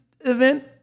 event